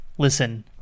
Listen